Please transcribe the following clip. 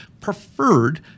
preferred